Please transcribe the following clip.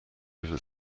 ever